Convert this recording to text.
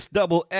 double